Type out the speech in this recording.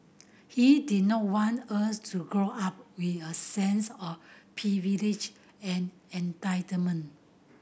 he didn't want us to grow up with a sense of privilege and entitlement